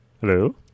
Hello